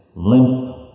limp